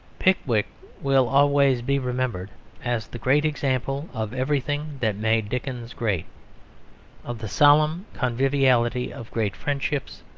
pickwick will always be remembered as the great example of everything that made dickens great of the solemn conviviality of great friendships,